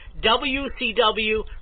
WCW